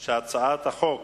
את הצעת חוק